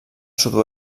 sud